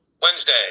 Wednesday